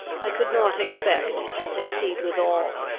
i could not expect to succeed with all.